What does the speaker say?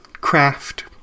craft